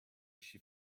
she